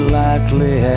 likely